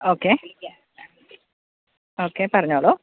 okay okay പറഞ്ഞോളു